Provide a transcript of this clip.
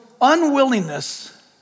unwillingness